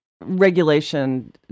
regulation